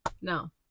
no